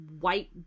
white